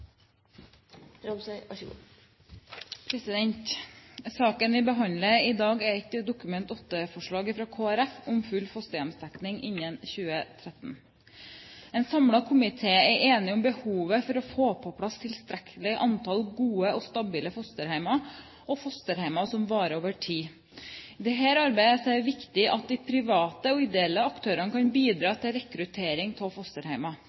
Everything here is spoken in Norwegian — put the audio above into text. enig om behovet for å få på plass tilstrekkelig antall gode og stabile fosterhjem, og fosterhjem som varer over tid. I dette arbeidet er det viktig at de private og ideelle aktørene kan bidra til rekruttering av